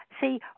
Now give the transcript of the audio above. See